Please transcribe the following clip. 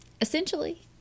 Essentially